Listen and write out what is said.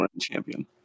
champion